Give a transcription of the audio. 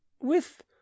With